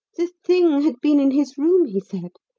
the thing had been in his room, he said.